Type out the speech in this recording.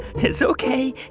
it's ok.